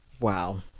Wow